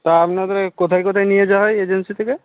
তা আপনাদের কোথায় কোথায় নিয়ে যাওয়া হয় এজেন্সি থেকে